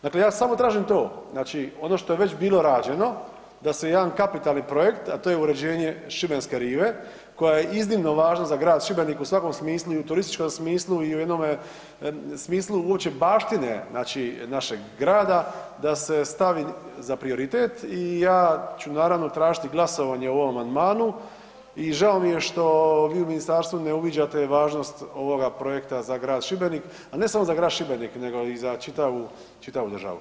Dakle, ja samo tražim to, znači ono što je već bilo rađeno da se jedan kapitalni projekt, a to je uređenje šibenske rive koja je iznimno važna za grad Šibenik u svakom smislu i u turističkom smislu i u jednome smislu uopće baštine znači našeg grada da se stavi za prioritet i ja ću naravno tražiti glasovanje o ovom amandmanu i žao mi je što vi u ministarstvu ne uviđate važnost ovoga projekta za grad Šibenik, a ne samo za grad Šibenik nego i za čitavu, čitavu državu.